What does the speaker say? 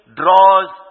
draws